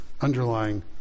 underlying